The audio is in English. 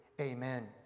Amen